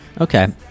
Okay